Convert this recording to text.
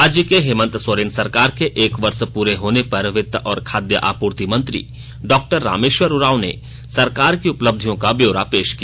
राज्य के हेमंत सोरेन सरकार के एक वर्ष प्ररे होने पर वित्त और खाद्य आपूर्ति मंत्री डॉक्टर रामेश्वर उरांव ने सरकार की उपलब्धियों का ब्योरा पेश किया